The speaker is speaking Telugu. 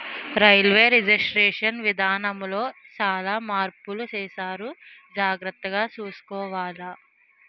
రైల్వే రిజర్వేషన్ విధానములో సాలా మార్పులు సేసారు జాగర్తగ సూసుకోవాల